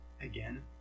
again